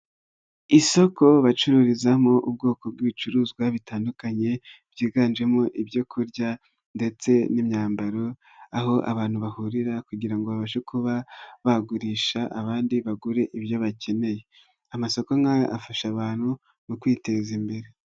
Isoko bacururizamo ubwoko bw'ibicuruzwa bitandukanye, byiganjemo ibyo kurya ndetse n'imyambaro, aho abantu bahurira kugira babashe kuba bagurisha, abandi bagura ibyo bakeneye, amasoko nk'ayo afasha abantu mu kwiteza imbere.